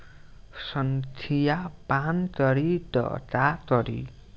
संखिया पान करी त का करी?